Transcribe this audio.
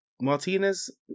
Martinez